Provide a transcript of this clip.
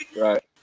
Right